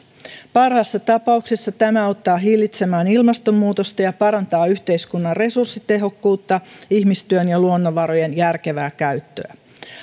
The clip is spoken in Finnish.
parhaassa tapauksessa tämä auttaa hillitsemään ilmastonmuutosta ja parantaa yhteiskunnan resurssitehokkuutta ihmistyön ja luonnonvarojen järkevää käyttöä